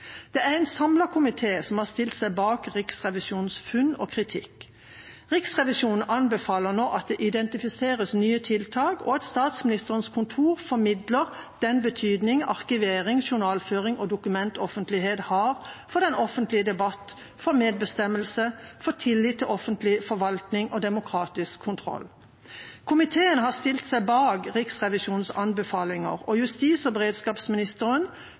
Det er en samlet komité som har stilt seg bak Riksrevisjonens funn og kritikk. Riksrevisjonen anbefaler nå at det identifiseres nye tiltak, og at Statsministerens kontor formidler den betydning arkivering, journalføring og dokumentoffentlighet har for den offentlige debatt, for medbestemmelse og for tillit til offentlig forvaltning og demokratisk kontroll. Komiteen har stilt seg bak Riksrevisjonens anbefalinger, og justis- og beredskapsministeren,